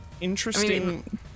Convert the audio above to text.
interesting